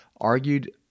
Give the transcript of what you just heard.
argued